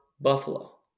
Buffalo